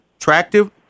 attractive